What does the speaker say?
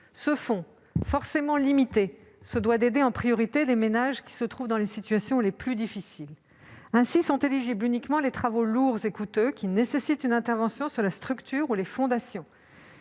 Ce fonds, forcément limité, doit en priorité aider les ménages qui se trouvent dans les situations les plus difficiles. Ainsi, sont éligibles uniquement les travaux lourds et coûteux, qui nécessitent une intervention sur la structure ou les fondations.